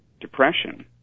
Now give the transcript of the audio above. depression